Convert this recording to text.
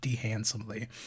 handsomely